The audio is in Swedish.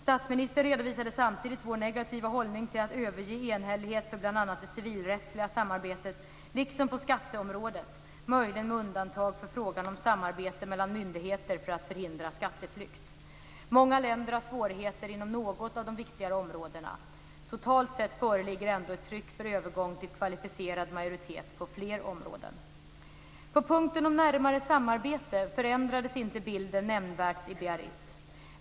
Statsministern redovisade samtidigt vår negativa hållning till att överge enhällighet bl.a. för det civilrättsliga samarbetet liksom på skatteområdet, möjligen med undantag för frågan om samarbete mellan myndigheter för att förhindra skatteflykt. Många länder har svårigheter inom något av de viktigare områdena. Men totalt sett föreligger ändå ett tryck för övergång till kvalificerad majoritet på fler områden. På punkten om närmare samarbete förändrades bilden inte nämnvärt i Biarritz.